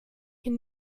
hier